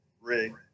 rig